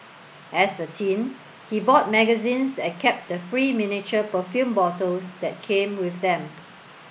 as a teen he bought magazines and kept the free miniature perfume bottles that came with them